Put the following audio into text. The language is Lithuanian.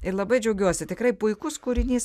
ir labai džiaugiuosi tikrai puikus kūrinys